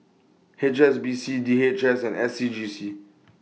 H S B C D H S and S C G C